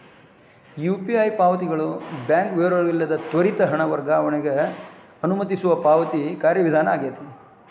UPI ಪಾವತಿಗಳು bank ವಿವರಗಳಿಲ್ಲದ ತ್ವರಿತ ಹಣ ವರ್ಗಾವಣೆಗ ಅನುಮತಿಸುವ ಪಾವತಿ ಕಾರ್ಯವಿಧಾನ ಆಗೆತಿ